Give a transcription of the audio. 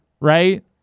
right